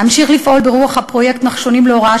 אמשיך לפעול ברוח הפרויקט "נחשונים להוראה",